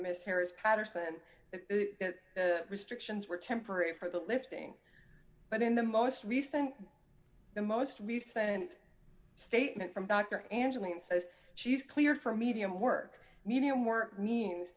ms harris patterson the restrictions were temporary for the listing but in the most recent the most recent statement from dr angeline says she's clear for medium work medium or means